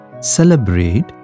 celebrate